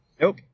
Nope